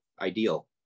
ideal